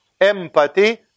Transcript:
Empathy